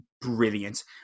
brilliant